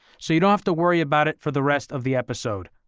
so you don't have to worry about it for the rest of the episode.